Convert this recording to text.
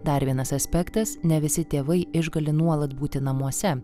dar vienas aspektas ne visi tėvai išgali nuolat būti namuose